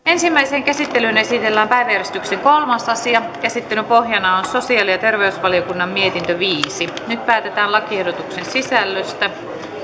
ensimmäiseen käsittelyyn esitellään päiväjärjestyksen kolmas asia käsittelyn pohjana on sosiaali ja terveysvaliokunnan mietintö viisi nyt päätetään lakiehdotuksen sisällöstä